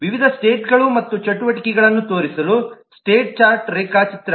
ವಿವಿಧ ಸ್ಟೇಟ್ಗಳು ಮತ್ತು ಚಟುವಟಿಕೆಗಳನ್ನು ತೋರಿಸಲು ಸ್ಟೇಟ್ ಚಾರ್ಟ್ ರೇಖಾಚಿತ್ರ